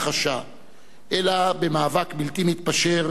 אלא במאבק בלתי מתפשר ובזיכרון,